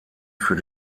für